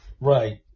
Right